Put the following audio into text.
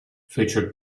fece